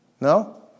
No